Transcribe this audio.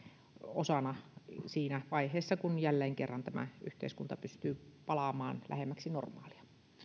osana siinä vaiheessa kun jälleen kerran tämä yhteiskunta pystyy palaamaan lähemmäksi normaalia